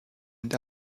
und